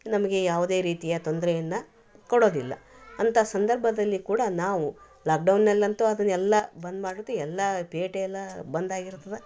ನಮಗೆ ಯಾವುದೇ ರೀತಿಯ ತೊಂದರೆಯನ್ನ ಕೊಡೋದಿಲ್ಲ ಅಂತ ಸಂದರ್ಭದಲ್ಲಿ ಕೂಡ ನಾವು ಲಾಕ್ಡೌನ್ನಲ್ಲಂತು ಅದನ್ನೆಲ್ಲ ಬಂದ್ ಮಾಡೋದು ಎಲ್ಲಾ ಪೇಟೆಯೆಲ್ಲ ಬಂದ್ ಆಗಿರ್ತದೆ